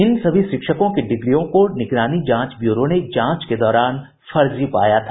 इन सभी शिक्षकों की डिग्रियों को निगरानी जांच ब्यूरो ने जांच के दौरान फर्जी पाया था